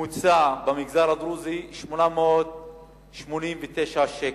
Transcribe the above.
ממוצע במגזר הדרוזי, 889 שקל.